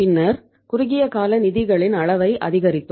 பின்னர் குறுகிய கால நிதிகளின் அளவை அதிகரித்தோம்